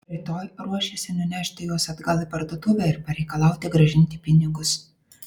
rytoj ruošėsi nunešti juos atgal į parduotuvę ir pareikalauti grąžinti pinigus